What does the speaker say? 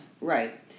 Right